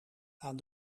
aan